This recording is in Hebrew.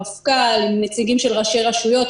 המפכ"ל עם נציגים של ראשי רשויות,